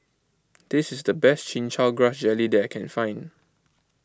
this is the best Chin Chow Grass Jelly that I can find